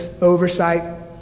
oversight